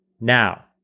Now